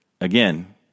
Again